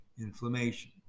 inflammation